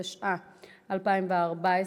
התשע"ה 2014,